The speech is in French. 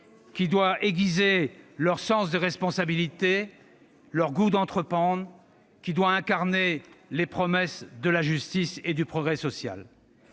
énergies, aiguiser leur sens des responsabilités et leur goût d'entreprendre, incarner les promesses de la justice et du progrès social.